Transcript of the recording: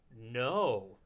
no